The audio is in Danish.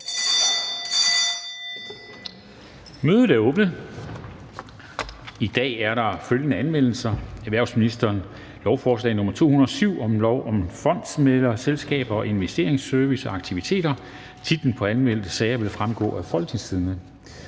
Mødet er åbnet. I dag er der følgende anmeldelse: Erhvervsministeren (Simon Kollerup): Lovforslag nr. L 207 (Forslag til lov om fondsmæglerselskaber og investeringsservice og -aktiviteter). Den anmeldte sag vil fremgå af www.folketingstidende.dk